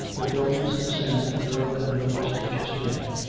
the dullness of sound the girl had noticed just now.